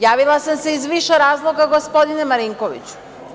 Javila sam se iz više razloga gospodine Marinkoviću.